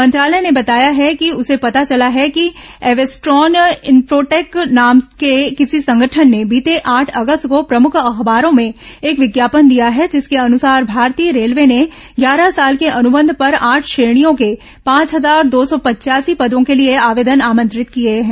मंत्रालय ने बताया है कि उसे पता चला है कि एवेस्ट्रॉन इनफोटेक नाम के किसी संगठन ने बीते आठ अगस्त को प्रमुख अखबारों में एक विज्ञापन दिया है जिसके अनुसार भारतीय रेलवे में ग्यारह साल के अनुबंध पर आठ श्रेणियों के पांच हजार दो सौ पचयासी पदों के लिए आवेदन आमंत्रित किये गये हैं